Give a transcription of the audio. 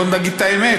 בואי נגיד את האמת,